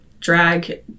drag